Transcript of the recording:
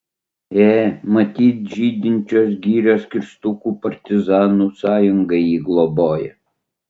ė matyt žydinčios girios kirstukų partizanų sąjunga jį globoja